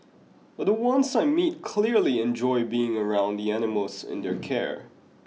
but the ones I meet clearly enjoy being around the animals in their care